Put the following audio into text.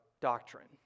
doctrine